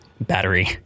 battery